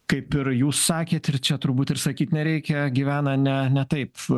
kaip ir jūs sakėt ir čia turbūt ir sakyt nereikia gyvena ne ne taip